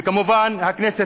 וכמובן הכנסת,